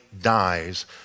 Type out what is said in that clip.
dies